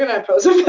oppose a